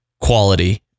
quality